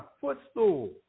footstool